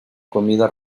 comida